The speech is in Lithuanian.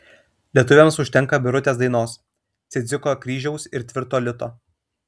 lietuviams užtenka birutės dainos cidziko kryžiaus ir tvirto lito